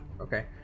okay